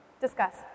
Discuss